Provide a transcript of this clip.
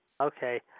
Okay